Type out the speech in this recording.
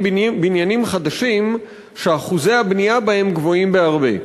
בניינים חדשים שאחוזי הבנייה בהם גבוהים בהרבה.